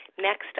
Next